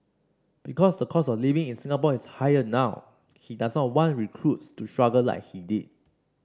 because the cost of living in Singapore is higher now he does not want recruits to struggle like he did